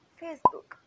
facebook